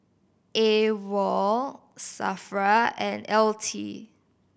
A WOL SAFRA and L T